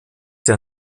der